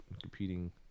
competing